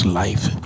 life